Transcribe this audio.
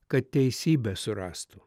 kad teisybę surastų